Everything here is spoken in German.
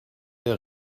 der